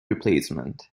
replacement